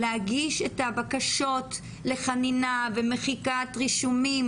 להגיש את הבקשות לחנינה ומחיקת רישומים